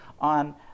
on